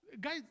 Guys